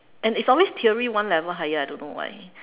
and it's always theory one level higher I don't know why